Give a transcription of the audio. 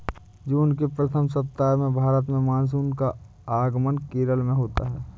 जून के प्रथम सप्ताह में भारत में मानसून का आगमन केरल में होता है